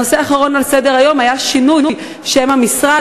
הנושא האחרון על סדר-היום היה: שינוי שם המשרד,